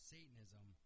Satanism